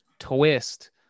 twist